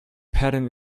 patent